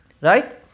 Right